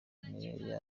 niyo